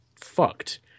fucked